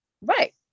Right